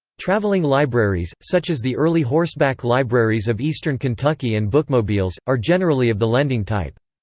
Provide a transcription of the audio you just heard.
travelling libraries, such as the early horseback libraries of eastern kentucky and bookmobiles, are generally of the lending type.